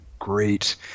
great